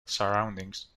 surroundings